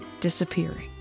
disappearing